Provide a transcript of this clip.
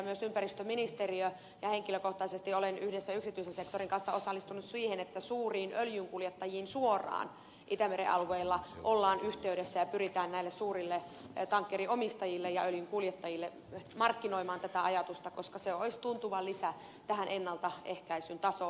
myös ympäristöministeriö on ja itse henkilökohtaisesti olen yhdessä yksityisen sektorin kanssa osallistunut siihen että suuriin öljynkuljettajiin itämeren alueella ollaan suoraan yhteydessä ja pyritään näille suurille tankkeriomistajille ja öljynkuljettajille markkinoimaan tätä ajatusta koska se olisi tuntuva lisä tähän ennaltaehkäisyn tasoon